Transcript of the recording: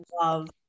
love